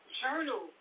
journal